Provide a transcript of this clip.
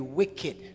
wicked